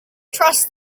trust